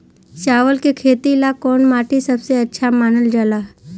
चावल के खेती ला कौन माटी सबसे अच्छा मानल जला?